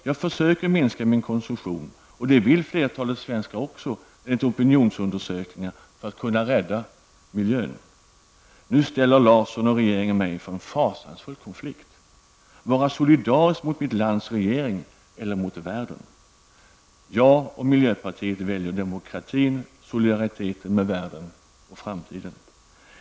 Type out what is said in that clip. Jag försöker minska min konsumtion, och det vill flertalet svenskar enligt opinionsundersökningar, för att kunna rädda miljön. Nu ställer Allan Larsson och regeringen mig inför en fasansfull konflikt: Skall jag vara solidarisk mot mitt lands regering eller mot världen? Jag och miljöpartiet väljer demokratin, solidariteten med världen och framtiden.